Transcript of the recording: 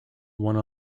one